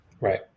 Right